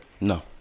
no